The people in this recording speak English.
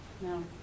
No